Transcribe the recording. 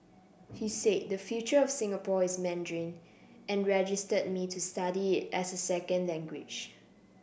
he said the future of Singapore is Mandarin and registered me to study it as a second language